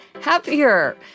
happier